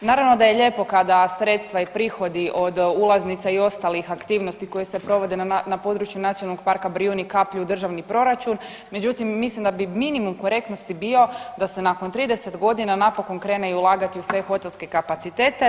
Naravno da je lijepo kada sredstva i prihodi od ulaznica i ostalih aktivnosti koje se provode na području Nacionalnog parka Brijuni kaplju u državni proračun, međutim, mislim da bi minimum korektnosti bio da se nakon 30 godina napokon krene i ulagati u sve hotelske kapacitete.